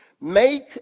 make